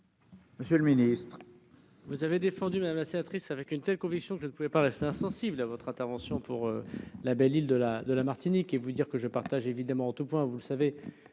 Monsieur le ministre,